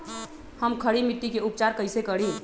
हम खड़ी मिट्टी के उपचार कईसे करी?